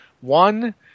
One